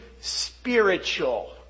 spiritual